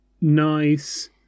nice